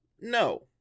No